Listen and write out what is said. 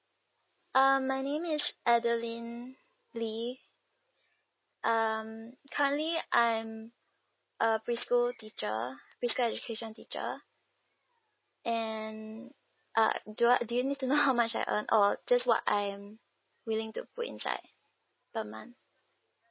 uh my name is adeline lee um currently I am a pre-school teacher pre-school education teacher and uh do I do you need to know how much I earn or just what I am willing to put inside per month